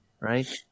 right